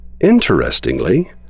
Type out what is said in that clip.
Interestingly